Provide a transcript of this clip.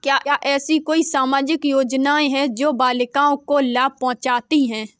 क्या ऐसी कोई सामाजिक योजनाएँ हैं जो बालिकाओं को लाभ पहुँचाती हैं?